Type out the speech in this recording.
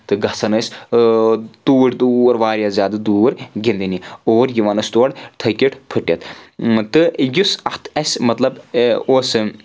تہٕ گژھان ٲسۍ توٗرۍ توٗر واریاہ زیادٕ دوٗر گنٛدنہِ اور یِوَان ٲسۍ تورٕ تھٔکِٹ پھٕٹِتھ تہٕ یُس اَتھ اسہِ مطلب اوس